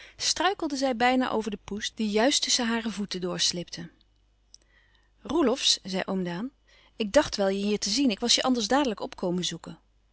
struikelde zij bijna over de poes die juist tusschen hare voeten doorslipte roelofsz zei oom daan ik dacht wel je hier te zien ik was je anders dadelijk op komen zoeken